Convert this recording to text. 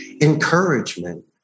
encouragement